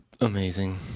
amazing